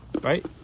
Right